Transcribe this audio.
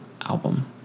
album